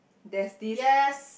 there's this